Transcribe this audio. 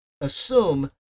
assume